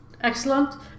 Excellent